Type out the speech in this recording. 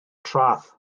traeth